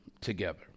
together